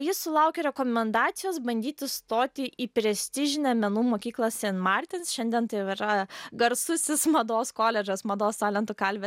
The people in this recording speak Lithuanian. jis sulaukė rekomendacijos bandyti stoti į prestižinę menų mokyklą sen martins šiandien tai jau yra garsusis mados koledžas mados talentų kalvė